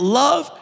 love